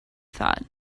thought